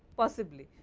possibly.